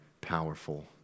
powerful